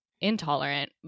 intolerant